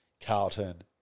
Carlton